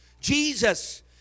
Jesus